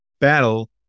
battle